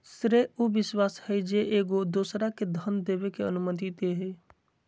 श्रेय उ विश्वास हइ जे एगो दोसरा के धन देबे के अनुमति दे हइ